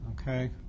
Okay